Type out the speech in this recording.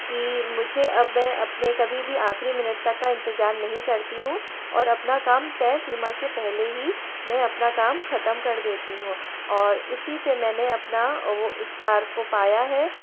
कि मुझे अब मैं अपने कभी भी आख़री मिनट तक का इंतज़ार नहीं करती हूँ और अपना काम तय सीमा से पहले ही मैं अपना काम ख़त्म कर देती हूँ और इसी से मैंने अपना वो उस पार को पाया है